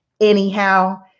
anyhow